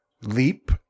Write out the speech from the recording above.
leap